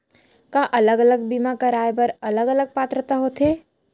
का अलग अलग बीमा कराय बर अलग अलग पात्रता होथे?